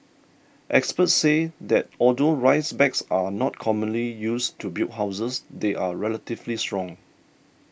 experts say that although rice bags are not commonly used to build houses they are relatively strong